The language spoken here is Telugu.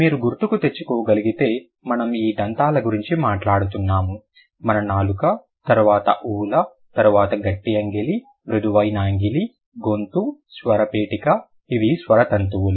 మీరు గుర్తుంచుతెచ్చుకోగలిగితే మనము ఈ దంతాల గురించి మాట్లాడుతున్నాము మన నాలుక తరువాత ఊవులా తరువాత గట్టి అంగిలి మృదువైన అంగిలి గొంతు స్వరపేటిక ఇవి స్వర తంతువులు